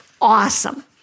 awesome